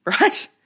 Right